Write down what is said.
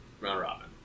round-robin